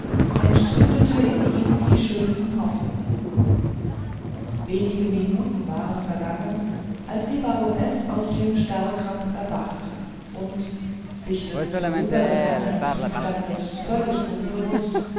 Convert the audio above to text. entzündete in ihm die schönsten hoffnungen wenige minuten waren vergangen als die baronesse aus dem starrkrampf erwachte und sich des vorübergegangenen zustandes völlig unbewußt